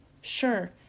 Sure